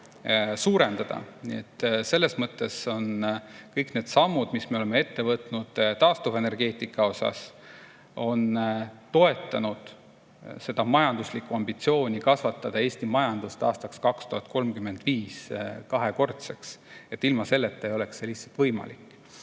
selles mõttes on kõik need sammud, mis me oleme ette võtnud taastuvenergeetika vallas, toetanud seda majanduslikku ambitsiooni kasvatada Eesti majandus aastaks 2035 kahekordseks. Ilma selleta ei oleks see lihtsalt võimalik.